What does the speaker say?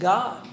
God